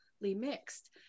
mixed